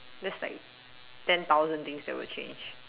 that's like ten thousand thing that would change